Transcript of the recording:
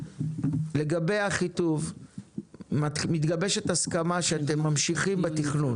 לגבי אחיטוב מתגבשת הסכמה שאתם ממשיכים בתכנון.